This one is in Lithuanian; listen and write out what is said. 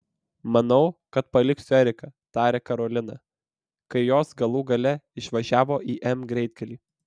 manau kad paliksiu eriką tarė karolina kai jos galų gale išvažiavo į m greitkelį